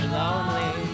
lonely